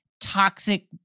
toxic